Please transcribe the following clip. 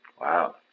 Wow